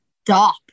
stop